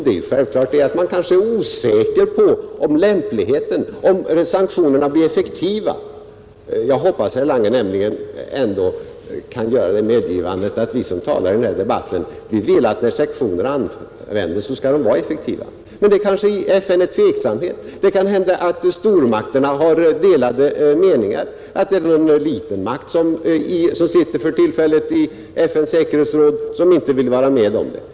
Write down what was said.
Det är självfallet så att man kan vara osäker på om sanktionerna blir effektiva. Jag hoppas att herr Lange ändå kan göra det medgivandet att vi som talar i den här debatten vill att när sanktioner användes skall de vara effektiva. Men det råder kanske tveksamhet i FN, och det kan hända att stormakterna har delade meningar eller att en liten makt som för tillfället sitter i FN:s säkerhetsråd inte vill vara med om saken.